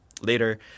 Later